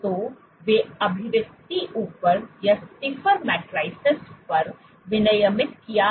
तो वे अभिव्यक्ति ऊपर stiffer matrices पर विनियमित किया गया था